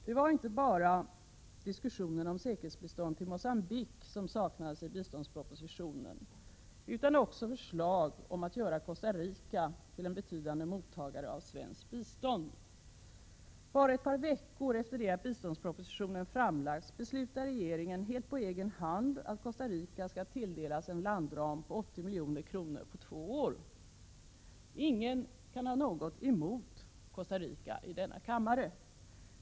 Det var inte bara diskussionen om säkerhetsbistånd till Mogambique som saknades i biståndspropositionen utan också förslag om att göra Costa Rica till en betydande mottagare av svenskt bistånd. Bara ett par veckor efter det att biståndspropositionen hade framlagts beslutade regeringen helt på egen hand att Costa Rica skall tilldelas en landram på 80 milj.kr. på två år. Ingen i denna kammare kan ha något emot Costa Rica.